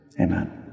amen